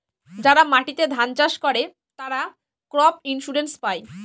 যারা মাটিতে ধান চাষ করে, তারা ক্রপ ইন্সুরেন্স পায়